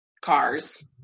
cars